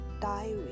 diary